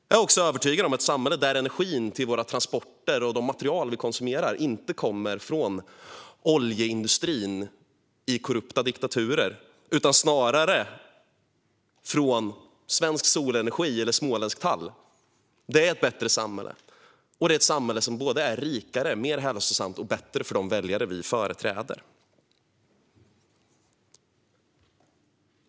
Jag är också övertygad om att ett samhälle där energin till våra transporter och de material vi konsumerar inte kommer från oljeindustrin i korrupta diktaturer utan snarare från svensk solenergi eller småländsk tall är ett bättre samhälle - och ett samhälle som är rikare, mer hälsosamt och bättre för de väljare vi företräder.